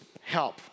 help